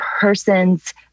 persons